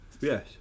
Yes